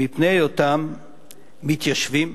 מפני היותם מתיישבים,